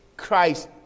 Christ